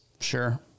Sure